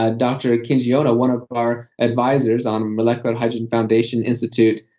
ah dr. kinji ohno, one of our advisors on molecular hydrogen foundation institute,